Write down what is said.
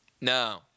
No